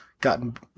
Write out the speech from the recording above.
gotten